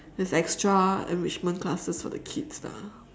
it's extra enrichment classes for the kids lah